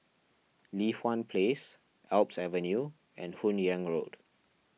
Li Hwan Place Alps Avenue and Hun Yeang Road